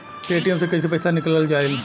Paytm से कैसे पैसा निकलल जाला?